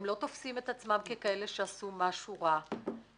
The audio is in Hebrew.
הם לא תופסים את עצמם כאלה שעשו משהו רע,